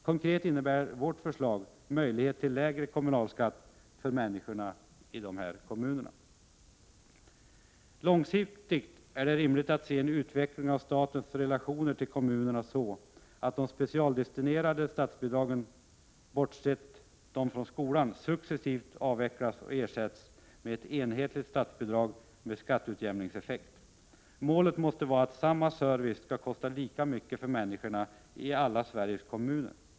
Konkret innebär vårt förslag möjlighet till lägre kommunalskatt för människorna i dessa kommuner. Långsiktigt är det rimligt att se en utveckling av statens relationer till kommunerna så, att de specialdestinerade statsbidragen — bortsett från dem till skolan — successivt avvecklas och ersätts med ett enhetligt statsbidrag med skatteutjämningseffekt. Målet måste vara att samma service skall kosta lika mycket för människorna i alla Sveriges kommuner.